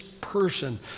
person